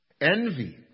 Envy